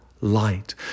light